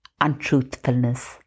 untruthfulness